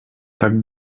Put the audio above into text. tak